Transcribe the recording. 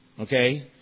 Okay